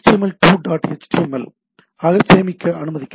L 2 dot html ஆக சேமிக்க அனுமதிக்கிறது